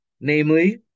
namely